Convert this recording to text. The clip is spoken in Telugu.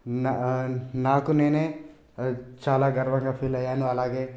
నా నాకు నేనే చాలా గర్వంగా ఫీల్ అయ్యాను అలాగే